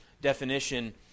definition